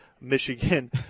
Michigan